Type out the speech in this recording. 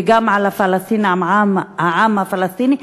וגם על העם הפלסטיני,